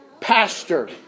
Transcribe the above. pastor